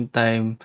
time